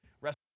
rest